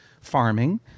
farming